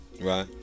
Right